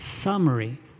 summary